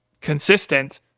consistent